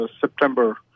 September